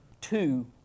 two